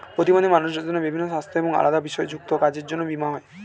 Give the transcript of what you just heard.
প্রতিবন্ধী মানুষদের বিভিন্ন সাস্থ্য এবং আলাদা বিষয় যুক্ত কাজের জন্য বীমা